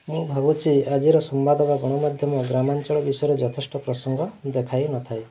ମୁଁ ଭାବୁଛି ଆଜିର ସମ୍ବାଦ ବା ଗଣମାଧ୍ୟମ ଗ୍ରାମାଞ୍ଚଳ ବିଷୟରେ ଯଥେଷ୍ଟ ପ୍ରସଙ୍ଗ ଦେଖାଇନଥାଏ